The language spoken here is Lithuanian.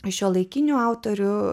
šiuolaikinių autorių